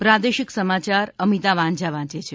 પ્રાદેશિક સમાચાર અમિતા વાંઝા વાંચ છે